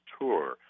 tour